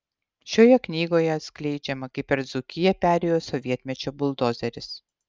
šioje knygoje atskleidžiama kaip per dzūkiją perėjo sovietmečio buldozeris